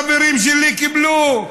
כל החברים שלי קיבלו,